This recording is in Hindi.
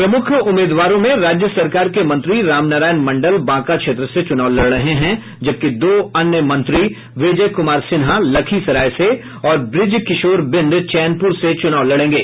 प्रमुख उम्मीदवारों में राज्य सरकार के मंत्री रामनारायण मंडल बांका क्षेत्र से चुनाव लड़ रहे हैं जबकि दो अन्य कैबिनेट मंत्री विजय कुमार सिन्हा लखीसराय से और ब्रजकिशोर बिंद चैनपुर से चूनाव लड़ेंगे